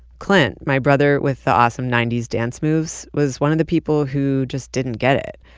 clint, my brother with the awesome ninety s dance moves was one of the people who just didn't get it.